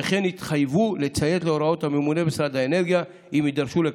וכן יתחייבו לציית להוראות הממונה במשרד האנרגיה אם יידרשו לכך.